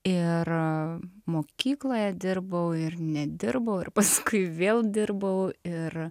ir mokykloje dirbau ir nedirbau ir paskui vėl dirbau ir